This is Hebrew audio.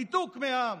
ניתוק מהעם.